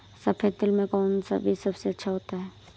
सफेद तिल में कौन सा बीज सबसे अच्छा होता है?